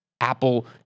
Apple